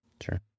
Sure